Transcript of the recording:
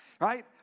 Right